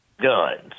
guns